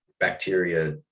bacteria